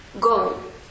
go